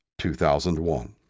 2001